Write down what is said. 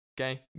okay